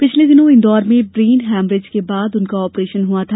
पिछले दिनों इंदौर में ब्रेन हेमरेज के बाद उनका आपरेशन हुआ था